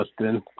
justin